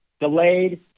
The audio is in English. delayed